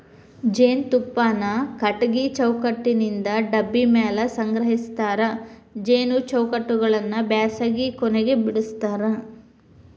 ಜೇನುತುಪ್ಪಾನ ಕಟಗಿ ಚೌಕಟ್ಟನಿಂತ ಡಬ್ಬಿ ಮ್ಯಾಲೆ ಸಂಗ್ರಹಸ್ತಾರ ಜೇನು ಚೌಕಟ್ಟಗಳನ್ನ ಬ್ಯಾಸಗಿ ಕೊನೆಗ ಬಿಡಸ್ತಾರ